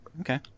Okay